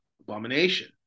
abomination